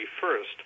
first